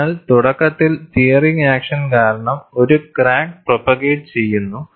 അതിനാൽ തുടക്കത്തിൽ tearing action കാരണം ഒരു ക്രാക്ക് പ്രൊപ്പഗേറ്റ് ചെയ്യുന്നു